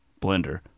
blender